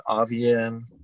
Avian